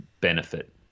Benefit